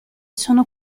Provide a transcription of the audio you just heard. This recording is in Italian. sono